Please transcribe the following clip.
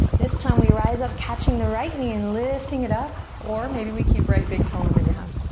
this time we rise up catching the right knee and lifting it up. or maybe we keep right big toe on the ground.